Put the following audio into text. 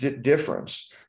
difference